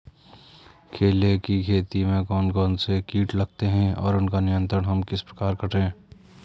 केले की खेती में कौन कौन से कीट लगते हैं और उसका नियंत्रण हम किस प्रकार करें?